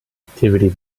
activity